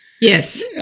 Yes